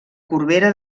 corbera